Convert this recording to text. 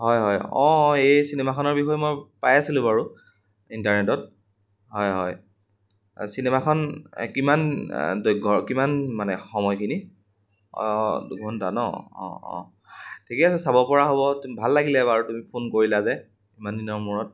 হয় হয় অঁ অঁ এই চিনেমাখনৰ বিষয়ে মই পাই আছিলোঁ বাৰু ইণ্টাৰনেটত হয় হয় চিনেমাখন কিমান দৈৰ্ঘ্যৰ কিমান মানে সময়খিনি অঁ অঁ দুঘণ্টা ন অঁ অঁ ঠিকে আছে চাব পৰা হ'ব তুমি ভাল লাগিলে বাৰু তুমি ফোন কৰিলা যে ইমান দিনৰ মূৰত